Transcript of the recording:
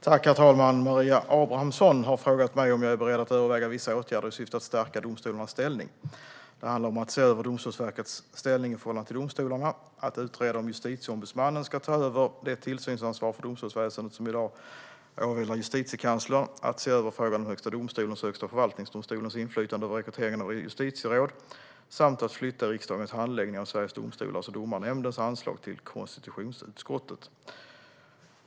Herr talman! Maria Abrahamsson har frågat mig om jag är beredd att överväga vissa åtgärder i syfte att stärka domstolarnas ställning. Det handlar om att se över Domstolsverkets ställning i förhållande till domstolarna, att utreda om Justitieombudsmannen ska ta över det tillsynsansvar för domstolsväsendet som i dag åvilar Justitiekanslern, att se över frågan om Högsta domstolens och Högsta förvaltningsdomstolens inflytande över rekryteringen av justitieråd samt att flytta riksdagens handläggning av Sveriges Domstolars och Domarnämndens anslag till konstitutionsutskottet.